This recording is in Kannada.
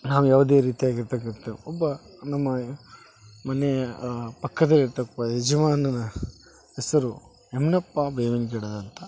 ನಾವು ಯಾವುದೆ ರೀತಿಯಾಗಿರ್ತಕ್ಕಂತ ಒಬ್ಬ ನಮ್ಮ ಮನೆಯ ಪಕ್ಕದಲ್ಲಿರ್ತಿಪ್ಪ ಯಜಮಾನನ ಹೆಸರು ಯಮುನಪ್ಪ ಬೇವಿನಗಿಡ ಅಂತ